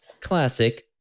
classic